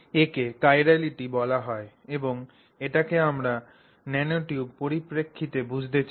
একে চিরালিটি বলা হয় এবং এটিকে আমরা ন্যানোটিউব পরিপ্রক্ষিতে বুঝতে চাই